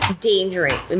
dangerous